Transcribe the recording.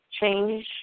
change